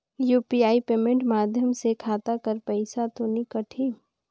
UPI payment माध्यम से खाता कर पइसा तो नी कटही?